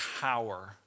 power